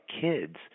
kids